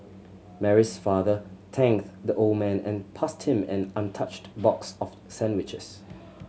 Mary's father thanked the old man and passed him an untouched box of sandwiches